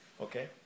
okay